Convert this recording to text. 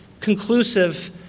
conclusive